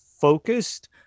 focused